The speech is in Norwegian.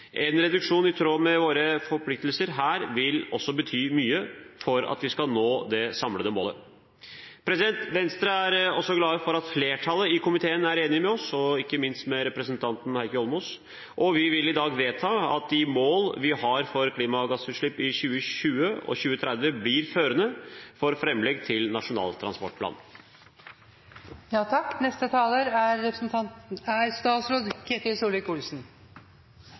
En reduksjon i tråd med våre forpliktelser her vil også bety mye for at vi skal nå det samlede målet. Venstre er glad for at flertallet i komiteen er enig med oss, og ikke minst med representanten Heikki Eidsvoll Holmås. Vi vil i dag vedta at de mål vi har for klimagassutslipp i 2020 og 2030, blir førende for framlegg til Nasjonal transportplan. Dette er